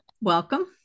welcome